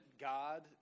God